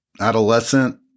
adolescent